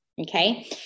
Okay